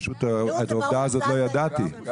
את העובדה הזאת לא ידעתי.